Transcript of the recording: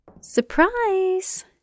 surprise